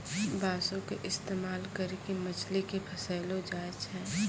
बांसो के इस्तेमाल करि के मछली के फसैलो जाय छै